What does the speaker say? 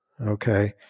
Okay